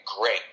great